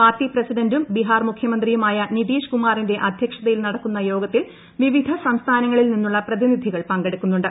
party പ്രസിഡന്റും ബീഹാർ മുഖ്യമന്ത്രിയുമായ നിതീഷ് കുമാറിന്റെ അധ്യക്ഷതയിൽ നടക്കുന്ന യോഗത്തിൽ വിവിധ സംസ്ഥാനങ്ങളിൽ നിന്നുള്ള പ്രതിനിധികൾ പങ്കെടുക്കുന്നുണ്ട്